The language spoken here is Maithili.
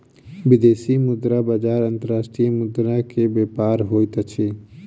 विदेशी मुद्रा बजार अंतर्राष्ट्रीय मुद्रा के व्यापार होइत अछि